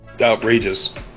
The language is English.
outrageous